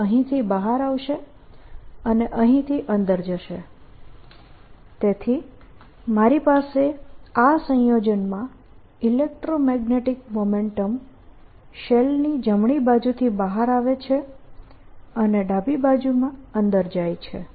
તેથી EB એ અહીંથી બહાર આવશે અને અહીંથી અંદર જશે તેથી મારી પાસે આ સંયોજનમાં ઈલેકટ્રોમેગ્નેટીક મોમેન્ટમ શેલની જમણી બાજુથી બહાર આવે છે અને ડાબી બાજુમાં અંદર જાય છે